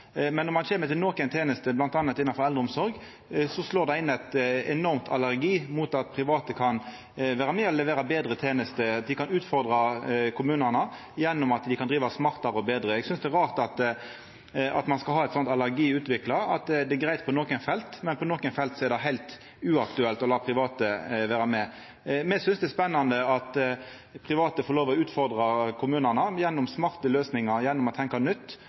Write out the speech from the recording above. Men når ein kjem til enkelte tenester, bl.a. tenester innanfor eldreomsorg, slår det inn ein enorm allergi mot at private kan vera med og levera betre tenester. Dei kan utfordra kommunane gjennom at dei kan driva smartare og betre. Eg synest det er rart at ein skal ha utvikla ein slik allergi at det er greitt på nokre felt, mens det på andre er heilt uaktuelt å la private vera med. Me synest det er spennande at private får lov til å utfordra kommunane gjennom smarte løysingar og gjennom å tenkja nytt.